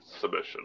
submission